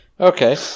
Okay